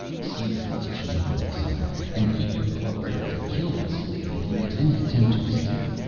seize this chain my son and keep your club ready to kill this slave if he makes any attempt to escape.